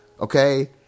okay